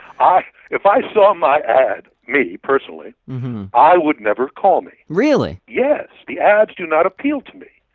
um if i saw my ad, me personally i would never call me really? yes, the ads do not appealed to me,